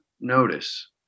notice